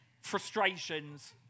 frustrations